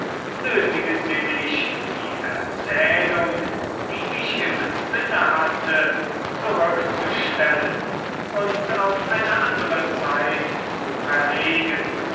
nötigen sie mich die erzählung die ich im sinne hatte zurückzustellen und auf eine andere zeit zu verlegen